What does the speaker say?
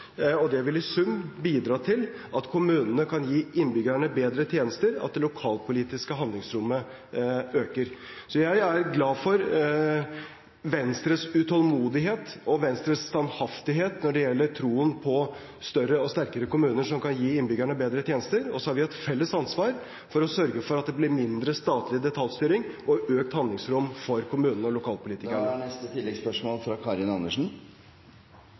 gi innbyggerne bedre tjenester, og at det lokalpolitiske handlingsrommet øker. Så jeg er glad for Venstres utålmodighet og Venstres standhaftighet når det gjelder troen på større og sterkere kommuner som kan gi innbyggerne bedre tjenester, og så har vi et felles ansvar for å sørge for at det blir mindre statlig detaljstyring og økt handlingsrom for kommunene og lokalpolitikerne. Karin Andersen – til oppfølgingsspørsmål. Hvis kommunene skal få et større handlingsrom, er